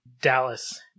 Dallas